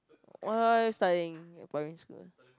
what are you studying your primary school